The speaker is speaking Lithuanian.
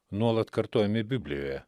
nuolat kartojami biblijoje